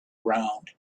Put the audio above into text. ground